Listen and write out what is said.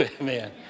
Amen